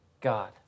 God